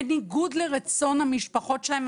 בניגוד לרצון המשפחות שלהם.